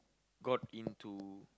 got into